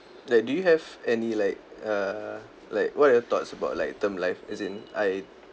like do you have any like err like what're your thoughts about like term life as in I